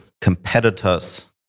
competitors